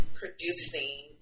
producing